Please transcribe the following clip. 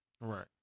right